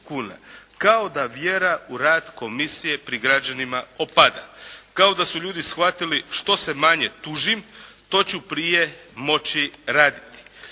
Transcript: Kao da vjera u rad komisije pri građanima opada. Kao da su ljudi shvatili što se manje tužim, to ću prije moći raditi.